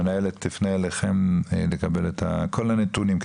המנהלת תפנה אליכם כדי לקבל את כל הנתונים,